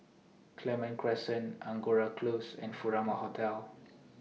Clementi Crescent Angora Close and Furama Hotel